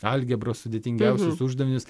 algebros sudėtingiausius uždavinius